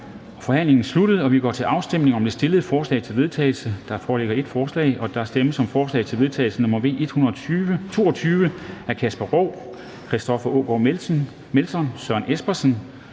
Forhandlingen er sluttet, og vi går til afstemning om det fremsatte forslag til vedtagelse. Der foreligger et forslag. Der stemmes om forslag til vedtagelse nr. V 122 af Kasper Roug (S), Christoffer Aagaard Melson (V), Søren Espersen